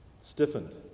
stiffened